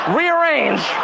rearrange